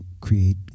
create